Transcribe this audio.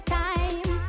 time